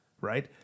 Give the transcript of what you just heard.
right